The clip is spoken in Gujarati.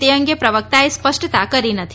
તે અંગે પ્રવક્તાએ સ્પષ્ટતા કરી નથી